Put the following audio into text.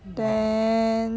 then